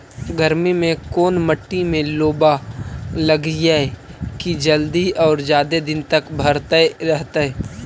गर्मी में कोन मट्टी में लोबा लगियै कि जल्दी और जादे दिन तक भरतै रहतै?